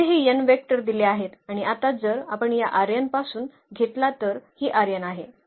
येथे हे n vectors दिले आहेत आणि आता जर आपण या पासून घेतला तर ही आहे